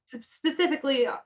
specifically